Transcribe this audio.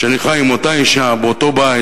שאני חי עם אותה אשה באותו בית,